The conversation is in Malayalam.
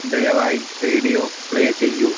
ദയവായി റേഡിയോ പ്ലേ ചെയ്യൂ